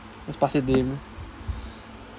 just pass it to him